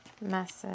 message